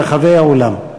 ברחבי העולם.